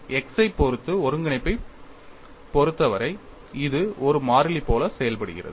x ஐப் பொறுத்த ஒருங்கிணைப்பைப் பொருத்தவரை இது ஒரு மாறிலி போல செயல்படுகிறது